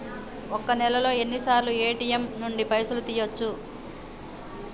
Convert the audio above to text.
ఒక్క నెలలో ఎన్నిసార్లు ఏ.టి.ఎమ్ నుండి పైసలు తీయచ్చు?